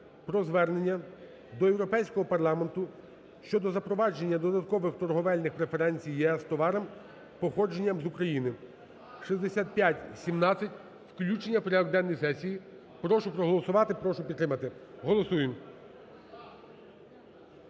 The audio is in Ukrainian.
про Звернення до Європейського Парламенту щодо запровадження додаткових торговельних преференцій ЄС товарам, походженням з України. 6517, включення в порядок денний сесії. Прошу проголосувати. Прошу підтримати. Голосуємо.